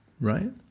Right